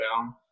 down